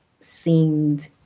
seemed